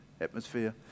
atmosphere